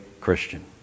Christian